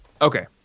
Okay